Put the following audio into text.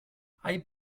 hay